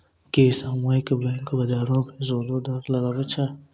कि सामुहिक बैंक, बजारो पे सूदो दर लगाबै छै?